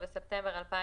26 ו-27 אושרו.